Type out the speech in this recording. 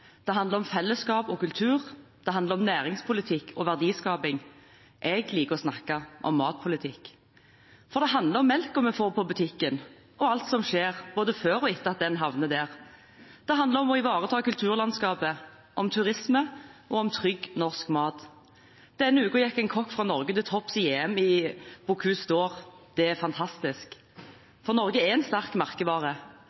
Det handler om fellesskap og kultur. Det handler om næringspolitikk og verdiskaping. Jeg liker å snakke om matpolitikk. For det handler om melken vi får på butikken, og alt som skjer både før og etter at den havner der. Det handler om å ivareta kulturlandskapet, om turisme og om trygg norsk mat. Denne uken gikk en kokk fra Norge til topps i EM i Bocuse d’Or. Det er